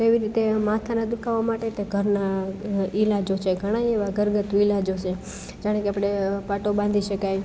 તો એવી રીતે માથાના દુખાવા માટે કે ઘરના ઈલાજો છે ઘણાએ એવા ઘરગથ્થુ ઈલાજો છે જાણે કે આપણે પાટો બાંધી શકાય